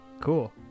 cool